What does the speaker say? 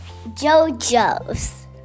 Jojo's